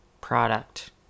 product